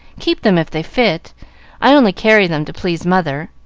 keep them if they fit i only carry them to please mother.